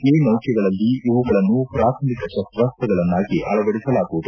ಈ ನೌಕೆಗಳಲ್ಲಿ ಇವುಗಳನ್ನು ಪ್ರಾಥಮಿಕ ಶಸ್ತಾಸ್ತಗಳನ್ನಾಗಿ ಅಳವಡಿಸಲಾಗುವುದು